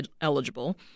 eligible